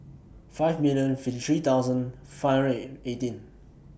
five million fifty three thousand five hundred and eighteen